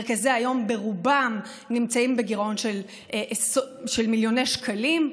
מרכזי היום נמצאים רובם בגירעון של מיליוני שקלים,